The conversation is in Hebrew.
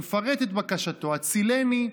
ומפרט את בקשתו: הצילני,